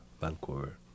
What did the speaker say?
Vancouver